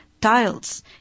tiles